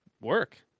work